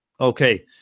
Okay